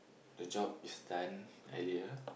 the job is done earlier